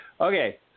Okay